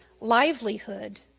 livelihood